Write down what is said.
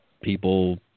people